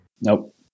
Nope